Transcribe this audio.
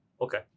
okay